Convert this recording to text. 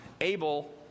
Abel